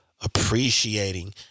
appreciating